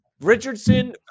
Richardson